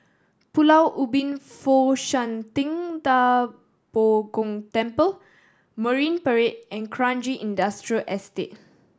Pulau Ubin Fo Shan Ting Da Bo Gong Temple Marine Parade and Kranji Industrial Estate